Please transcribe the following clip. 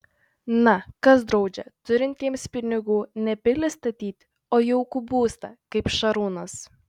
na kas draudžia turintiems pinigų ne pilį statyti o jaukų būstą kaip šarūnas